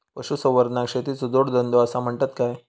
पशुसंवर्धनाक शेतीचो जोडधंदो आसा म्हणतत काय?